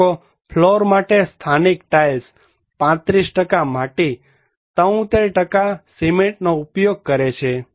પણ લોકો ફ્લોર માટે સ્થાનિક ટાઇલ્સ 35 માટી 73 સિમેન્ટનો ઉપયોગ કરે છે